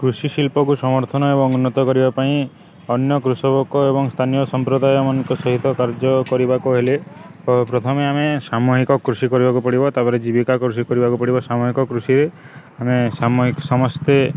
କୃଷି ଶିଳ୍ପକୁ ସମର୍ଥନ ଏବଂ ଉନ୍ନତ କରିବା ପାଇଁ ଅନ୍ୟ କୃଷକକ ଏବଂ ସ୍ଥାନୀୟ ସମ୍ପ୍ରଦାୟମାନଙ୍କ ସହିତ କାର୍ଯ୍ୟ କରିବାକୁ ହେଲେ ପ ପ୍ରଥମେ ଆମେ ସାମୂହିକ କୃଷି କରିବାକୁ ପଡ଼ିବ ତା'ପରେ ଜୀବିକା କୃଷି କରିବାକୁ ପଡ଼ିବ ସାମୂହିକ କୃଷି ଆମେ ସମସ୍ତେ